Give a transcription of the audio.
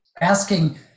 asking